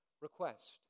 request